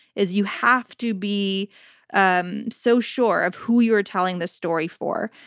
is you have to be um so sure of who you're telling the story for.